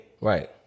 Right